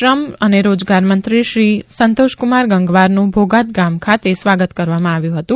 કામ અને રોજગાર મંત્રી સંતોષકુમાર ગંગવારનું ભોગાત ગામ ખાતે સ્વાગત કરવામાં આવ્યું હતું